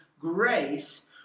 grace